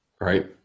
right